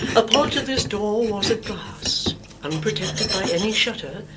a part of this door was of glass unprotected by any shutter,